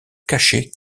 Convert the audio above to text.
cachée